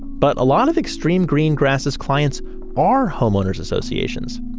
but a lot of xtreme green grass's clients are homeowners associations.